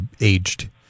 aged